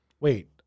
Wait